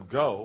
go